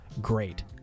great